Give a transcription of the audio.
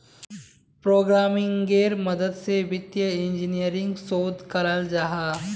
प्रोग्रम्मिन्गेर मदद से वित्तिय इंजीनियरिंग शोध कराल जाहा